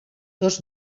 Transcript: dos